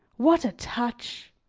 what a touch!